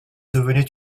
devenait